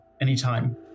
Anytime